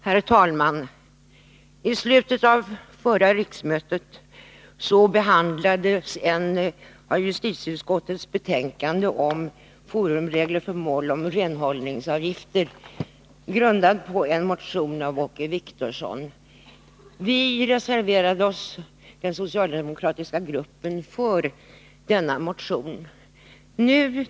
Herr talman! I slutet av förra riksmötet behandlades ett betänkande från justitieutskottet om forumregler för mål om renhållningsavgifter, grundat på en motion av Åke Wictorsson. Den socialdemokratiska gruppen reserverade sig för denna motion.